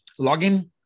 login